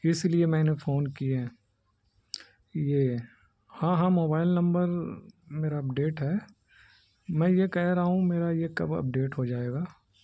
اس لیے میں نے فون کیے یہ ہاں ہاں موبائل نمبر میرا اپڈیٹ ہے میں یہ کہہ رہا ہوں میرا یہ کب اپڈیٹ ہو جائے گا